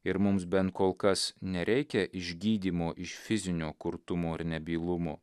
ir mums bent kol kas nereikia išgydymo iš fizinio kurtumo ir nebylumo